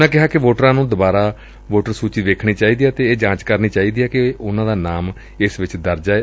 ਉਨ੍ਹਾਂ ਕਿਹਾ ਕਿ ਵੋਟਰਾਂ ਨੂੰ ਦੋਬਾਰਾ ਵੋਟਰ ਸੂਚੀ ਵੇਖਣੀ ਚਾਹੀਦੀ ਏ ਅਤੇ ਇਹ ਜਾਂਚ ਕਰਨੀ ਚਾਹੀਦੀ ਏ ਕਿ ਉਨੂਾ ਦਾ ਨਾਮ ਇਸ ਵਿਚ ਦਰਜ ਏ